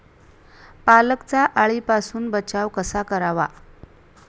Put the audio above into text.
पालकचा अळीपासून बचाव कसा करावा?